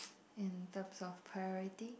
in terms of priority